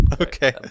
Okay